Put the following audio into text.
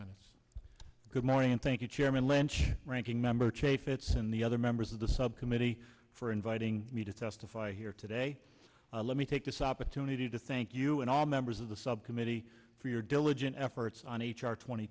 minutes good morning and thank you chairman lanch ranking member chafe it's in the other members of the subcommittee for inviting me to testify here today let me take this opportunity to thank you and all members of the subcommittee for your diligent efforts on h r tw